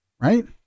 Right